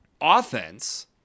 offense